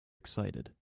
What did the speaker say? excited